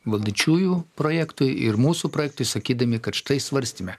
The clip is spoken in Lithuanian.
valdančiųjų projektui ir mūsų projektui sakydami kad štai svarstyme